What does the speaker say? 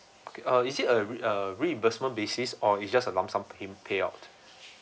okay uh is it a a reimbursement basis or it just a lump sum pin payout